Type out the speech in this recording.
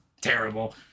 terrible